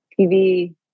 TV